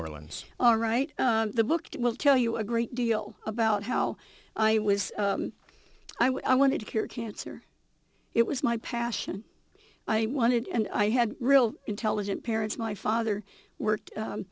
orleans all right the book will tell you a great deal about how it was i wanted to cure cancer it was my passion i wanted and i had real intelligent parents my father worked